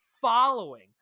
following